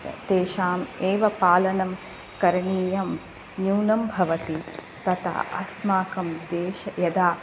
तेषाम् एव पालनं करणीयं न्यूनं भवति तथा अस्माकं देश यदा